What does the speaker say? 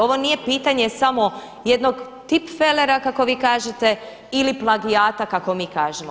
Ovo nije pitanje samo jednog tipfelera kako vi kažete ili plagijata kako mi kažemo.